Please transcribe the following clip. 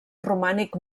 romànic